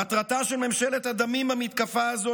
מטרתה של ממשלת הדמים במתקפה הזו,